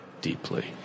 deeply